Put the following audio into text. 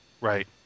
Right